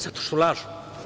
Zato što lažu.